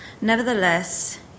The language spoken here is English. Nevertheless